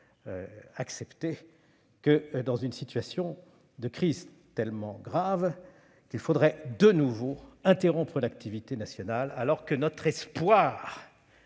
acceptée que dans une situation de crise tellement grave qu'il faudrait de nouveau interrompre l'activité nationale. Notre espoir,